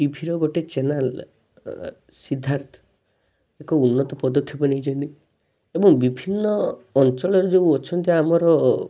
ଟିଭିର ଗୋଟେ ଚ୍ୟାନେଲ୍ ସିଦ୍ଧାର୍ଥ ଏକ ଉନ୍ନତ ପଦକ୍ଷେପ ନେଇଛନ୍ତି ଏବଂ ବିଭିନ୍ନ ଅଞ୍ଚଳରେ ଯେଉଁ ଅଛନ୍ତି ଆମର